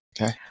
Okay